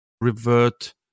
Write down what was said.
revert